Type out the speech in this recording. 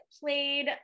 played